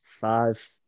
five